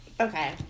Okay